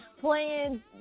playing